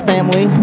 family